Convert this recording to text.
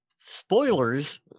Spoilers